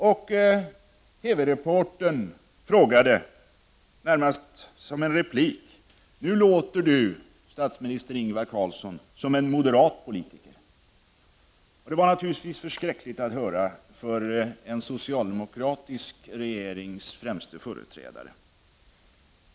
TV-reportern sade, närmast som en replik: Nu låter du, statsminister Ingvar Carlsson, som en moderat politiker. Det var naturligtvis förskräckligt för en socialdemokratisk regerings främste företrädare att få höra.